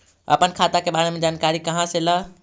अपन खाता के बारे मे जानकारी कहा से ल?